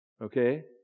Okay